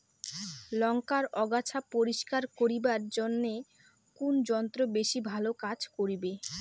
লংকার আগাছা পরিস্কার করিবার জইন্যে কুন যন্ত্র বেশি ভালো কাজ করিবে?